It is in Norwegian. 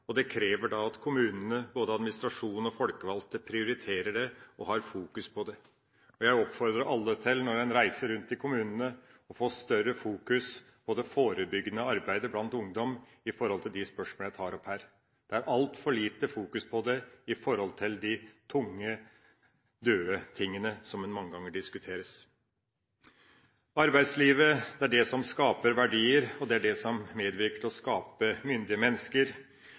ungdom. Det krever at kommunene – både administrasjonen og folkevalgte – prioriterer det og har fokus på det. Jeg oppfordrer alle til – når en reiser rundt i kommunene – å få større fokus på det forebyggende arbeidet blant ungdom når det gjelder de spørsmål jeg tar opp her. Det er altfor lite fokus på det i forhold til de tunge, døde tingene som en mange ganger diskuterer. Arbeidslivet er det som skaper verdier, og det er det som medvirker til å skape myndige mennesker.